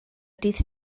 dydd